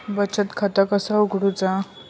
बचत खाता कसा उघडूचा?